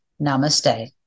Namaste